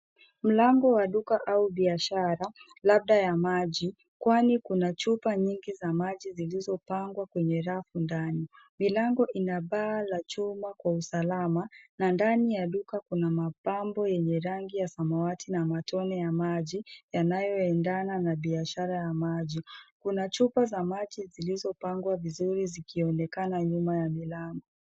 Mlango wa duka au biashara labda ya maji kwani kuna chupa nyingi za majii zilizopangwa kwenye rafu ndani, milango ina paa la chuma kwa usalama na ndani ya duka kuna mapambo yenye rangi ya samawati na matone ya maji yanayo endana na biashara ya maji. Kuna chupa za maji zilizopangwa vizuri zikionekana nyuma ya milango.